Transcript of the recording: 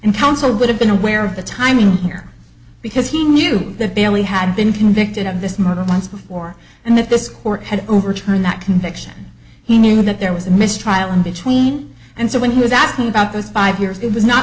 and counsel would have been aware of the timing here because he knew that they only had been convicted of this murder once before and that this court had overturned that conviction he knew that there was a mistrial in between and so when he was asking about those five years it was not